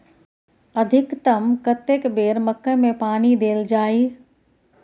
अधिकतम कतेक बेर मकई मे पानी देल जाय?